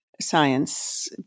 science